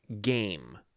game